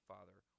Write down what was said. Father